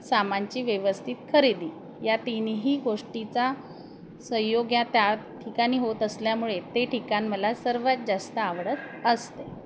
सामानाची व्यवस्थित खरेदी या तिन्ही गोष्टीचा संयोग या त्या ठिकाणी होत असल्यामुळे ते ठिकाण मला सर्वात जास्त आवडत असते